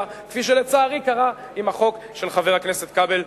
כפי שלצערי קרה עם החוק של חבר הכנסת כבל.